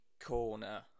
corner